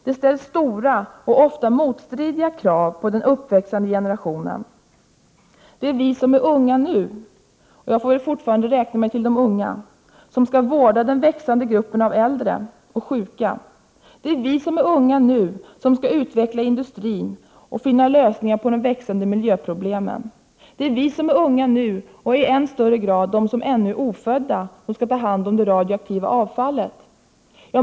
Det ställs stora och ofta motstridiga krav på den uppväxande generationen. Det är vi som är unga nu, och jag får väl fortfarande räkna mig till de unga, som skall vårda den växande gruppen av äldre och sjuka. Det är vi som är unga nu som skall utveckla industrin och finna lösningar på de växande miljöproblemen. Det är vi som är unga nu, och i än högre grad de som ännu är ofödda, som skall ta hand om det radioaktiva avfallet.